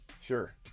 Sure